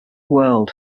world